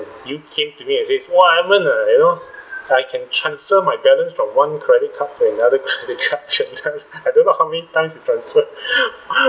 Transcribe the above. you came to me and say !wah! edmund uh you know I can transfer my balance from one credit card to another credit card transfer I don't know how many times you transferred